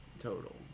Total